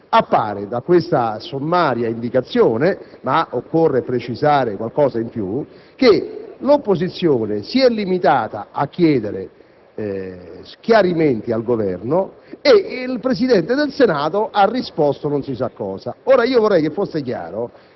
con indicazione sommaria appare ‑ ma occorre precisare qualcosa di più - che l'opposizione si è limitata a chiedere chiarimenti al Governo e il Presidente del Senato ha risposto non si sa cosa. Vorrei fosse chiaro